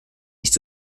nicht